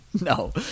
No